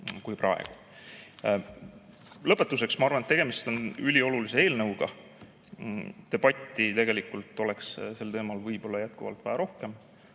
Lõpetuseks ma arvan, et tegemist on üliolulise eelnõuga. Debatti oleks sel teemal võib-olla jätkuvalt vaja rohkem,